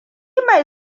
mai